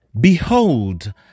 Behold